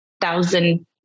thousand